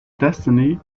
destiny